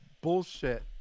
bullshit